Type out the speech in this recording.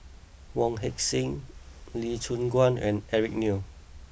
Wong Heck Sing Lee Choon Guan and Eric Neo